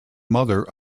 mother